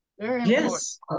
Yes